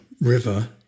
River